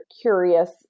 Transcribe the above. curious